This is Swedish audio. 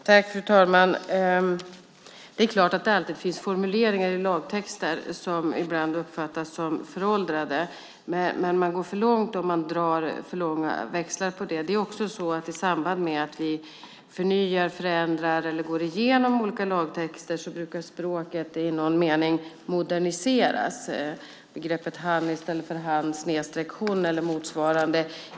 Fru talman! Det finns alltid formuleringar i lagtexter som ibland uppfattas som föråldrade. Men man går för långt om man drar långa växlar på det. I samband med att vi förnyar, förändrar eller går igenom olika lagtexter brukar språket i någon mening moderniseras. I stället för begreppet han blir det han/hon eller motsvarande.